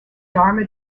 dharma